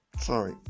Sorry